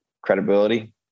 credibility